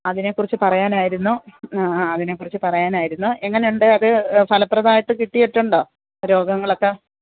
അതിനെക്കുറിച്ച് പറയാനായിരുന്നു അതിനെക്കുറിച്ച് പറയാനായിരുന്നു എങ്ങനുണ്ട് അത് ഫലപ്രദമായിട്ട് കിട്ടിയിട്ടുണ്ടോ രോഗങ്ങളൊക്കെ